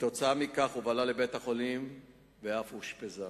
כתוצאה מכך היא הובהלה לבית-החולים ואף אושפזה.